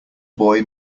boy